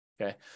Okay